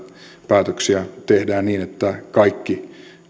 päätöksiä tehdään niin että kaikki